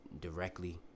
directly